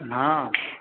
हँ